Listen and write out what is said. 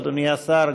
אדוני השר,